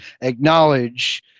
acknowledge